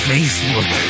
Facebook